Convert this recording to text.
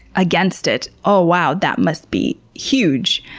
against it. oh wow that must be huge!